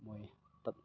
ꯃꯣꯏ ꯇꯠ